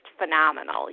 phenomenal